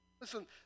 Listen